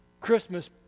Christmas